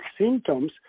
symptoms